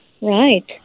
right